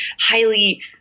highly